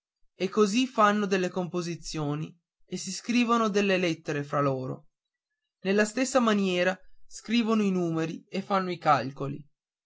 e così fanno delle composizioni e si scrivono delle lettere fra loro nella stessa maniera scrivono i numeri e fanno i calcoli